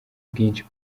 bwinshi